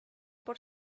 por